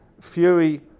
Fury